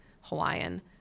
Hawaiian